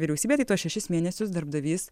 vyriausybė tai tuos šešis mėnesius darbdavys